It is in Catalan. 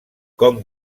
com